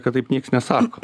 kad taip nieks nesako